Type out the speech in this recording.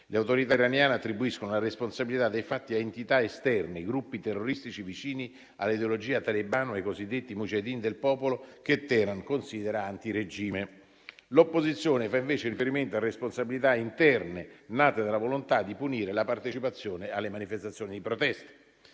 Le autorità iraniane attribuiscono la responsabilità dei fatti a entità esterne, gruppi terroristici vicini all'ideologia talebana e ai cosiddetti Mojahedin del Popolo, che Teheran considera anti-regime. L'opposizione fa invece riferimento a responsabilità interne, nate dalla volontà di punire la partecipazione alle manifestazioni di protesta.